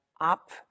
up